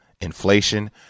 inflation